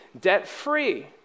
debt-free